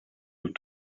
aux